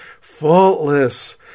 faultless